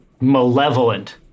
malevolent